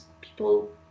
People